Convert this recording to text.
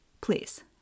please